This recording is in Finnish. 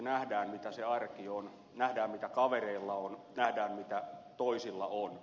nähdään mitä se arki on nähdään mitä kavereilla on nähdään mitä toisilla on